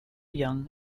young